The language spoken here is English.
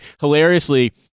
Hilariously